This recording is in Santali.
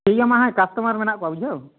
ᱴᱷᱤᱠ ᱜᱮᱭᱟ ᱢᱟ ᱦᱮᱸ ᱠᱟᱥᱴᱚᱢᱟᱨ ᱢᱮᱱᱟᱜ ᱠᱚᱣᱟ ᱵᱩᱡᱷᱟᱹᱣ